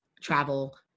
travel